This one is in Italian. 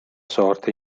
sorte